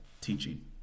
teaching